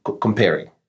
comparing